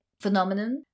phenomenon